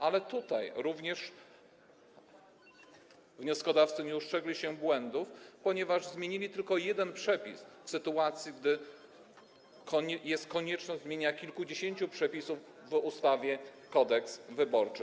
Ale tutaj również wnioskodawcy nie ustrzegli się błędów, ponieważ zmienili tylko jeden przepis, w sytuacji gdy jest konieczna zmiana kilkudziesięciu przepisów w ustawie Kodeks wyborczy.